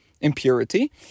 impurity